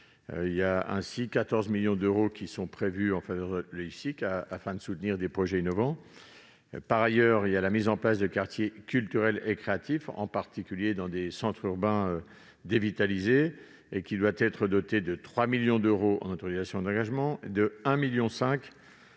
Ainsi, 14 millions d'euros sont prévus en faveur de l'Ifcic, afin de soutenir des projets innovants. Par ailleurs, la mise en place de quartiers culturels et créatifs, en particulier dans des centres urbains dévitalisés, serait dotée de 3 millions d'euros en autorisations d'engagement et de 1,5 million d'euros